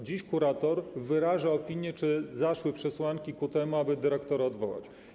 Dziś kurator wyraża opinię, czy zaszły przesłanki ku temu, aby dyrektora odwołać.